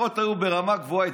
לפחות היו ברמה גבוהה,